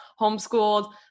homeschooled